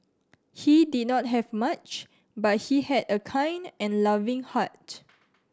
he did not have much but he had a kind and loving heart